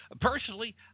Personally